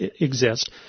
exist